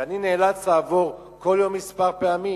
ואני נאלץ לעבור כל יום כמה פעמים.